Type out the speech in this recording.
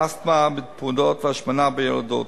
אסתמה בפעוטות והשמנה בילדות.